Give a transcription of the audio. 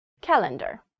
Calendar